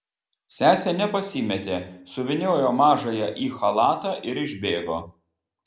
sesė nepasimėtė suvyniojo mažąją į chalatą ir išbėgo